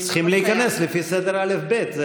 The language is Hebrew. צריכים להיכנס לפי סדר האל"ף-בי"ת.